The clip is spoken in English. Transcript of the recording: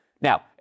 Now